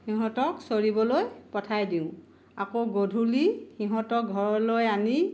সিহঁতক চৰিবলৈ পঠাই দিওঁ আকৌ গধূলি সিহঁতক ঘৰলৈ আনি